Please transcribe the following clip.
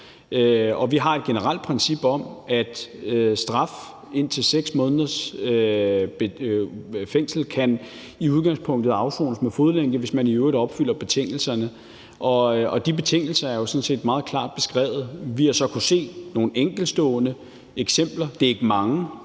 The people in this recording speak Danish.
Vi har et generelt princip om, at straf indtil 6 måneders fængsel som udgangspunkt kan afsones med fodlænke, hvis man i øvrigt opfylder betingelserne, og de betingelser er jo sådan set meget klart beskrevet. Vi har så kunnet se nogle enkeltstående eksempler – det er ikke mange,